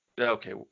okay